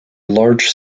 large